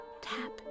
Tap